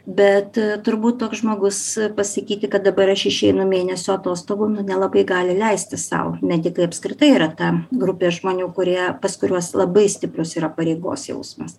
bet turbūt toks žmogus pasakyti kad dabar aš išeinu mėnesio atostogų nu nelabai gali leisti sau medikai apskritai yra ta grupė žmonių kurie pas kuriuos labai stiprus yra pareigos jausmas